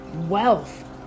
wealth